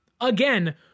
again